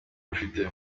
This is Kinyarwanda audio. mfite